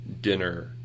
dinner